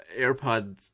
AirPods